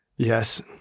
Yes